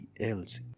else